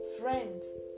friends